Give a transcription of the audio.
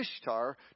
Ishtar